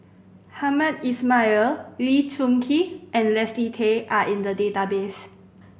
Hamed Ismail Lee Choon Kee and Leslie Tay are in the database